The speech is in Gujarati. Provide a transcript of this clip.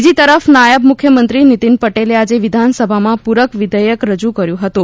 બીજી તરફ નાયબ મુખ્યમંત્રી નિતિન પટેલે આજે વિધાનસભામાં પૂરક વિધેયક રજ્ઞ કર્યું હતું